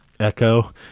Echo